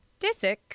Disick